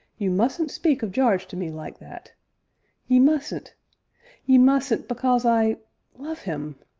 you mustn't speak of jarge to me like that ye mustn't ye mustn't because i love him,